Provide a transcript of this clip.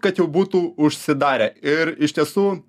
kad jau būtų užsidarę ir iš tiesų